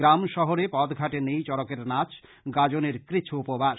গ্রাম শহরের পথঘাটে নেই চড়কের নাচ গাজনের কৃচ্ছ উপবাস